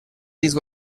these